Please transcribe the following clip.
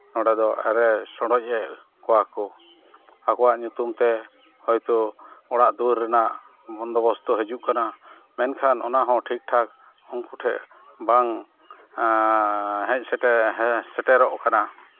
ᱱᱚᱰᱮᱫᱚ ᱟᱞᱮ ᱥᱚᱰᱚᱡᱮᱜ ᱠᱚᱣᱟ ᱠᱚ ᱟᱠᱚᱣᱟᱜ ᱧᱩᱛᱩᱢ ᱛᱮ ᱦᱚᱭᱛᱳ ᱚᱲᱟᱜ ᱫᱩᱣᱟᱹᱨ ᱨᱮᱱᱟᱜ ᱵᱚᱱᱫᱳ ᱵᱚᱥᱛᱚ ᱦᱤᱡᱩᱜ ᱠᱟᱱᱟ ᱢᱮᱱᱠᱷᱟᱱ ᱚᱚᱱᱟᱦᱚᱸ ᱴᱷᱤᱠ ᱴᱷᱟᱠ ᱩᱱᱠᱩ ᱴᱷᱮᱱ ᱵᱟᱝ ᱦᱮᱡ ᱥᱮᱴᱮᱨ ᱥᱮᱴᱮᱨᱚᱜ ᱠᱟᱱᱟ